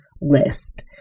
list